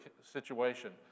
situation